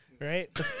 right